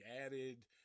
added